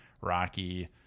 rocky